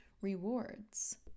rewards